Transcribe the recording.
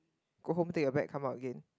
go home take your bag come out again